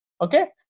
Okay